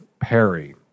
Perry